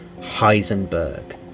Heisenberg